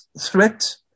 threat